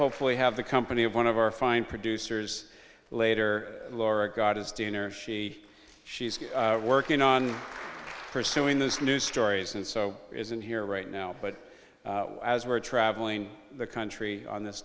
hopefully have the company of one of our fine producers later laura got his dinner and she she's working on pursuing this new stories and so is in here right now but as we're traveling the country on this